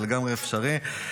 זה לגמרי אפשרי.